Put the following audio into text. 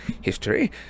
history